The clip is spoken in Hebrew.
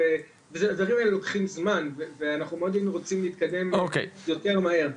הדברים האלה לוקחים זמן ואנחנו מאוד היינו רוצים להתקדם יותר מהר.